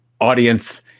audience